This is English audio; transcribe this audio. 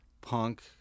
punk